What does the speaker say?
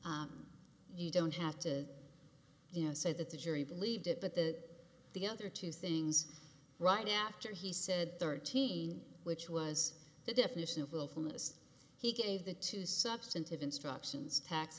you don't have to you know say that the jury believed it but the the other two things right after he said thirteen which was the definition of willfulness he gave the two substantive instructions tax